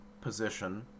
position